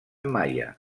maia